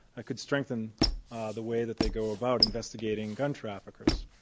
ah could strengthen the way that they go about investigating gun traffickers.